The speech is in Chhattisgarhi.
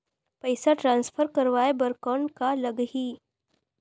पइसा ट्रांसफर करवाय बर कौन का लगही?